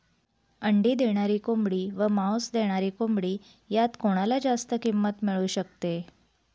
अंडी देणारी कोंबडी व मांस देणारी कोंबडी यात कोणाला जास्त किंमत मिळू शकते?